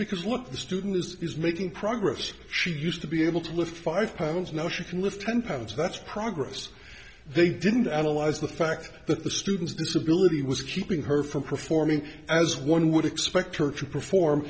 because what the student is making progress she used to be able to lift five pounds now she can lift ten pounds that's progress they didn't analyze the fact that the student's disability was keeping her from performing as one would expect her to perform